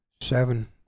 seven